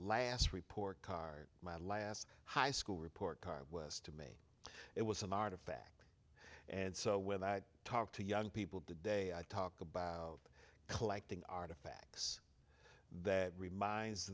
last report card my last high school report card was to me it was an artifact and so when i talk to young people today i talk about collecting art of facts that reminds